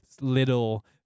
little